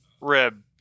rib